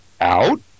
out